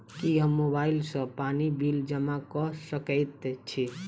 की हम मोबाइल सँ पानि बिल जमा कऽ सकैत छी?